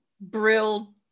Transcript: Brill